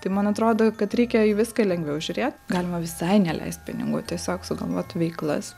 tai man atrodo kad reikia į viską lengviau žiūrėt galima visai neleisti pinigų tiesiog sugalvoti veiklas